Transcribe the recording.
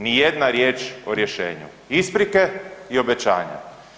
Nijedna riječ o rješenju, isprike i obećanja.